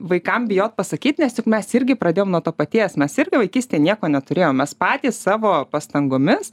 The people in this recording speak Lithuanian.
vaikam bijot pasakyti nes juk mes irgi pradėjom nuo to paties mes irgi vaikystėje nieko neturėjom mes patys savo pastangomis